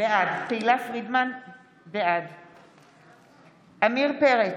בעד עמיר פרץ,